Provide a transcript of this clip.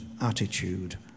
attitude